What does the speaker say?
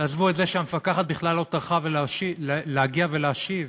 תעזבו את זה שהמפקחת בכלל לא טרחה להגיע ולהשיב,